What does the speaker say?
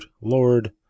lord